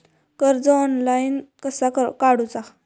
कर्ज ऑनलाइन कसा काडूचा?